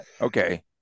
okay